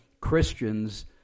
Christians